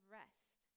rest